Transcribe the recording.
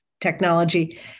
technology